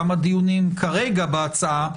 כמה דיונים כרגע בהצעה?